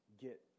get